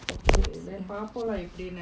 okay then பாப்போம்:paapom lah அப்படினு:appadinu